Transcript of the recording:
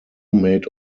made